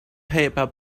paper